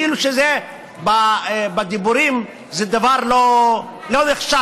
כאילו, בדיבורים זה דבר לא נחשב.